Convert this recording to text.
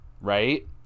Right